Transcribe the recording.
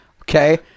Okay